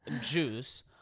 juice